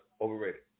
Overrated